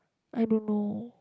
I don't know